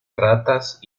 ratas